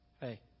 Hey